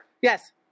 Yes